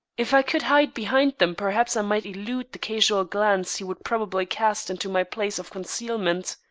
if i could hide behind them perhaps i might elude the casual glance he would probably cast into my place of concealment.